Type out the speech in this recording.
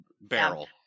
barrel